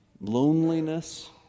loneliness